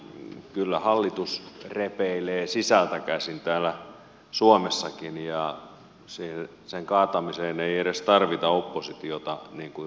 elikkä kyllä hallitus repeilee sisältä käsin täällä suomessakin ja sen kaatamiseen ei edes tarvita oppositiota niin kuin ruotsissa